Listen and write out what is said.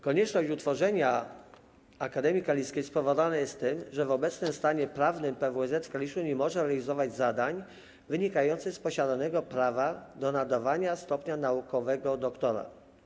Konieczność utworzenia Akademii Kaliskiej spowodowana jest tym, że w obecnym stanie prawnym PWSZ w Kaliszu nie może realizować zadań wynikających z posiadanego prawa do nadawania stopnia naukowego doktora.